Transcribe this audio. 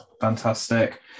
Fantastic